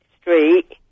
Street